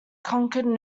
conquered